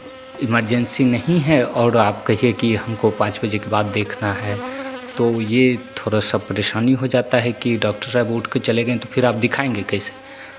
emergency नहीं है और आप कहिए कि हमको पांच बजे के बाद देखना है तो ये थोड़ा सा परेशानी हो जाता है कि डॉक्टर साहब उठ के चले गए तो फिर आप दिखाएंगे कैसे